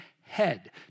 head